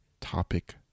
topic